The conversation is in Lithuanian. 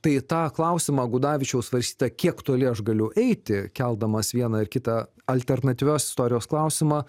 tai tą klausimą gudavičiaus svarstyta kiek toli aš galiu eiti keldamas vieną ar kitą alternatyvios istorijos klausimą